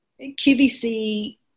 QVC